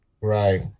Right